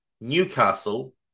Newcastle